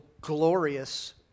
glorious